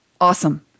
Awesome